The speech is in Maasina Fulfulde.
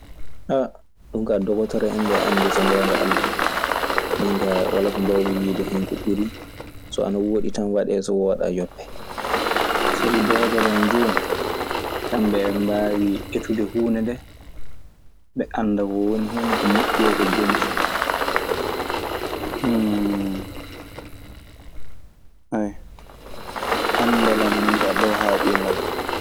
A dum ka dogoto hen andi so gonga all. Min ka wala ko mbawmi wide ko ɓuri so ana woɗi tan waɗe so woɗa tan ƴopee. Sabi dogotoro en jooni, kamɓe eɓe mbaawi etude huunde ndee. Ɓe annda ko woni hen ko moƴƴi e ko boni fuu. anndal am min ka ko haaɗi e majjum.